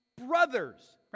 brothers